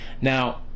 Now